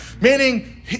Meaning